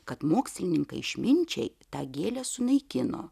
kad mokslininkai išminčiai tą gėlę sunaikino